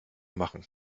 machen